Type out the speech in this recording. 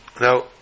Now